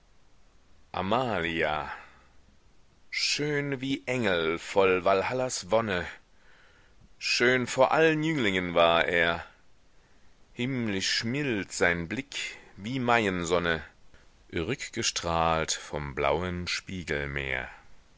amalia schön wie engel voll walhallas wonne schön vor allen jünglingen war er himmlisch mild sein blick wie maiensonne rückgestrahlt vom blauen spiegelmeer